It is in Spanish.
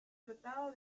tratado